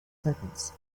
seconds